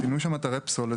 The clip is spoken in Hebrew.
פינו שם אתרי פסולת,